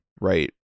right